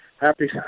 Happy